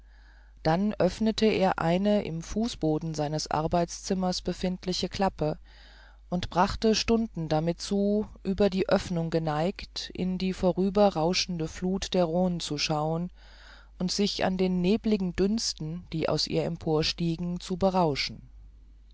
dann öffnete er eine im fußboden seines arbeitszimmers befindliche klappe und brachte stunden damit zu über die oeffnung geneigt in die vorüberrauschende fluth der rhone zu schauen und sich an den nebligen dünsten die aus ihr emporstiegen zu berauschen